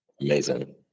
Amazing